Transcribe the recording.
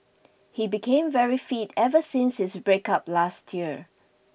he became very fit ever since his breakup last year